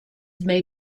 may